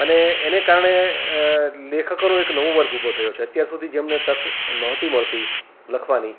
અને એને કારણે લેખકોનો એક નવો વર્ગ ઊભો થયો છે અત્યાર સુધી જેમને તક નહોતી મળતી લખવાની